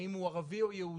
האם הוא ערבי או יהודי,